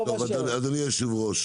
אדוני היו"ר,